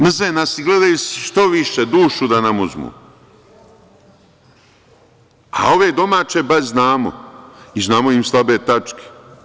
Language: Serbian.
Mrze nas i gledaju što više, dušu da nam uzmu, a ove domaće bar znamo i znamo im slabe tačke.